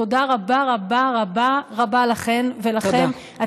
תודה רבה רבה רבה לכן ולכם,